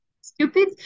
stupid